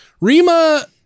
Rima